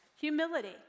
Humility